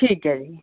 ٹھیک ہے جی